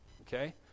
Okay